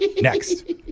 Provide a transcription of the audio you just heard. next